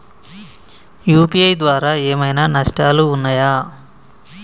UPI ద్వారా ఏమైనా నష్టాలు ఉన్నయా?